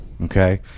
Okay